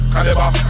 Caliber